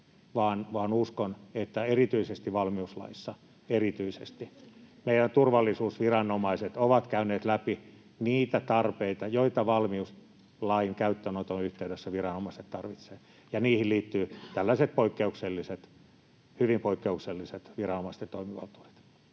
uskon, että erityisesti valmiuslaissa — erityisesti — meidän turvallisuusviranomaiset ovat käyneet läpi niitä tarpeita, joita valmiuslain käyttöönoton yhteydessä viranomaiset tarvitsevat, ja niihin liittyy tällaiset hyvin poikkeukselliset viranomaisten toimivaltuudet,